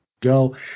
go